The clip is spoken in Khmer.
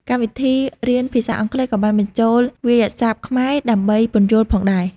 កម្មវិធីរៀនភាសាអង់គ្លេសក៏បានបញ្ចូលវាក្យស័ព្ទខ្មែរដើម្បីពន្យល់ផងដែរ។